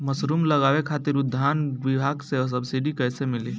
Mushroom लगावे खातिर उद्यान विभाग से सब्सिडी कैसे मिली?